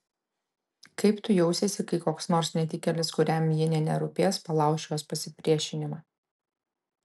kaip tu jausiesi kai koks nors netikėlis kuriam ji nė nerūpės palauš jos pasipriešinimą